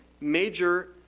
major